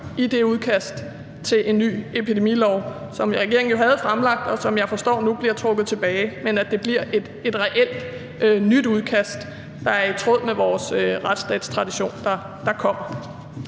i det udkast til en ny epidemilov, som regeringen jo havde fremlagt, og som jeg forstår nu bliver trukket tilbage, og at der kommer et reelt nyt udkast, der er i tråd med vores retsstatstradition? Kl.